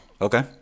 Okay